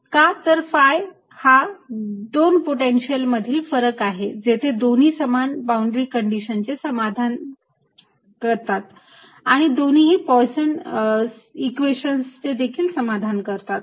का तर phi हा दोन पोटेंशिअल मधील फरक आहे जेथे दोन्ही समान बाउंड्री कंडिशन चे समाधान करतात आणि दोन्हीही पोयसन इक्वेशनस Poisson's equation देखील समाधान करतात